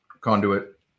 conduit